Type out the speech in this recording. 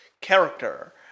character